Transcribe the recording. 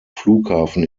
flughafen